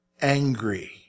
angry